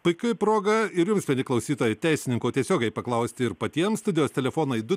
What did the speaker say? puiki proga ir jums mieli klausytojai teisininko tiesiogiai paklausti ir patiems studijos telefonai du